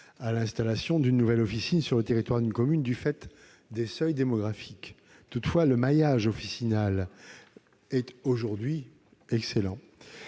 à l'installation d'une nouvelle officine sur le territoire d'une commune, du fait des seuils démographiques. Toutefois, le maillage officinal est aujourd'hui excellent.